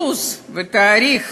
הלו"ז והתאריך